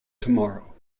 tomorrow